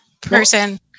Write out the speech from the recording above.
person